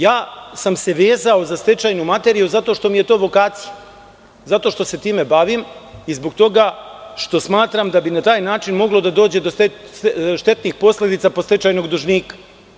Vezao sam se za stečajnu materiju zato što mi je to vokacija, zato što se time bavim i zbog toga što smatram da bi na taj način moglo da dođe do štetnih posledica po stečajnog dužnika.